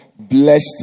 blessed